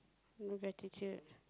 no gratitude